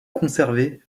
conservée